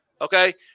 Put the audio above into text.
okay